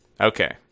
Okay